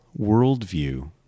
worldview